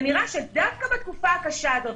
ונראה שדווקא בתקופה הקשה הזו,